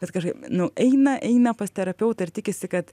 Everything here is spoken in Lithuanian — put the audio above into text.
bet kažkaip nu eina eina pas terapeutą ir tikisi kad